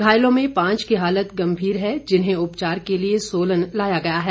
घायलों में पांच की हालत गंभीर है जिन्हें उपचार के लिए सोलन लाया गया है